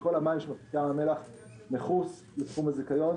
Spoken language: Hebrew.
שכל המים שמפיקים- -- לתחום הזיכיון,